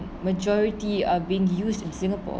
majority are being used in singapore